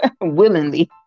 Willingly